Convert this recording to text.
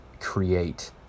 create